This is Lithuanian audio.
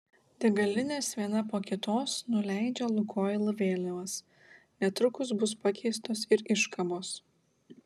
degalinės viena po kitos nuleidžia lukoil vėliavas netrukus bus pakeistos ir iškabos